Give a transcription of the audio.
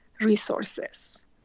resources